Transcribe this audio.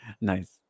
Nice